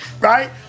right